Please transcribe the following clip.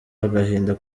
agahinda